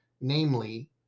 namely